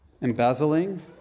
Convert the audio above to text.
Embezzling